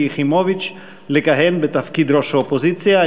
יחימוביץ לכהן בתפקיד ראש האופוזיציה.